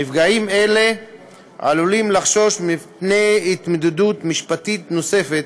נפגעים אלה עלולים לחשוש מפני התמודדות משפטית נוספת